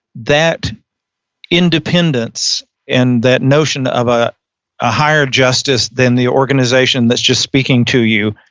that independence and that notion of a ah higher justice than the organization that's just speaking to you,